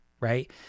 right